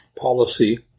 policy